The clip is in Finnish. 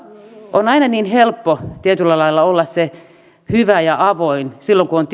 on aina niin helppo tietyllä lailla olla se hyvä ja avoin silloin kun on